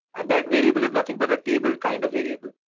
and that variable is nothing but a table kind of variable.